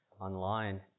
online